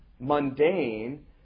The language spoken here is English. mundane